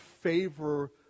favor